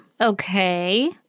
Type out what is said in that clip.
Okay